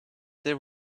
there